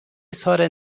اظهار